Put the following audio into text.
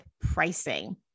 pricing